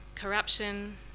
corruption